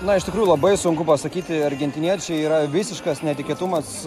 na iš tikrųjų labai sunku pasakyti argentiniečiai yra visiškas netikėtumas